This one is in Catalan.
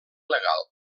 legal